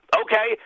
okay